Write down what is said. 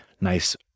nice